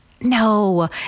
No